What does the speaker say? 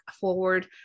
forward